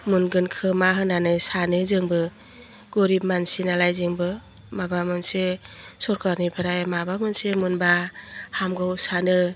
मोनगोनखोमा होन्नानै सानो जोंबो गरिब मानसि नालाय जोंबो माबा मोनसे सरकारनिफ्राय माबा मोनसे मोनबा हामगौ सानो